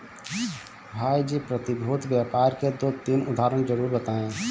भाई जी प्रतिभूति व्यापार के दो तीन उदाहरण जरूर बताएं?